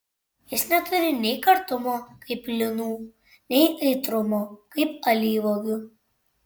jis neturi nei kartumo kaip linų nei aitrumo kaip alyvuogių